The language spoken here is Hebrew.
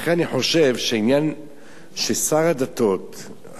לכן אני חושב ששר הדתות,